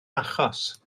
achos